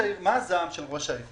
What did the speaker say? הזעם של ראש העיר